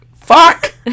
fuck